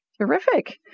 Terrific